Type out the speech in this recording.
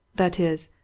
that is,